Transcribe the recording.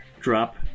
Drop